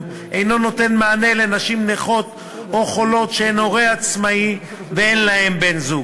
אינו נותן מענה לנשים נכות או חולות שהן הורה עצמאי ואין להן בן-זוג.